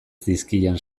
zizkion